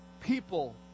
People